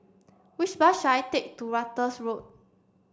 which bus should I take to Ratus Road